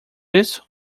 isso